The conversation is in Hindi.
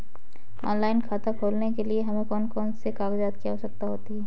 ऑनलाइन खाता खोलने के लिए हमें कौन कौन से कागजात की आवश्यकता होती है?